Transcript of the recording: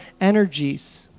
energies